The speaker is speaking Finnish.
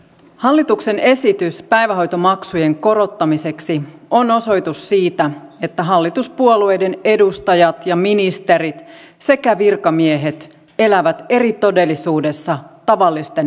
hallituksen esitys päivähoitomaksujen korottamiseksi on osoitus siitä että hallituspuolueiden edustajat ja ministerit sekä virkamiehet elävät eri todellisuudessa tavallisten ihmisten kanssa